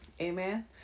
amen